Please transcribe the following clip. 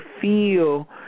feel